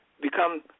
become